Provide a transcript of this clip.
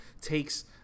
takes